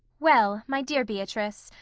well, my dear beatrice,